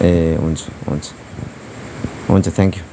ए हुन्छ हुन्छ हुन्छ थ्याङ्क्यु